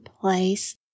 place